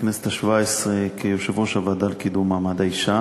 בכנסת השבע-עשרה כיושב-ראש הוועדה לקידום מעמד האישה,